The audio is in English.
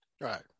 right